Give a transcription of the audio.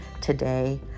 today